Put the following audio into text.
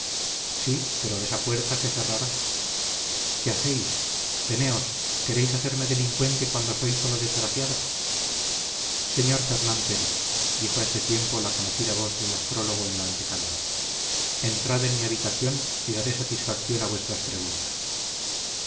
sí pero esa puerta se cerrará qué hacéis teneos queréis hacerme delincuente cuando soy sólo desgraciada señor fernán pérez dijo a este tiempo la conocida voz del astrólogo en la antecámara entrad en mi habitación y daré satisfacción a vuestras preguntas